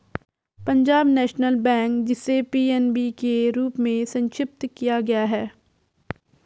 Punjab national bank, जिसे PNB के रूप में संक्षिप्त किया गया है